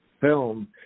film